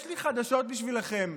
יש לי חדשות בשבילכם,